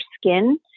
skin